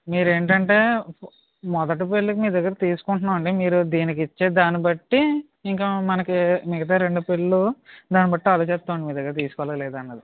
మీరేంటంటే మొదటి పెళ్ళికి మీ దగ్గర తీసుకుంటున్నామండి మీరు దీనికి ఇచ్చేదాన్ని బట్టి ఇంకా మనకి మిగతా రెండు పెళ్ళిళ్ళు దాన్ని బట్టి ఆలోచిస్తామండి మీ దగ్గర తీసుకోవాలా లేదా అన్నది